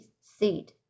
seed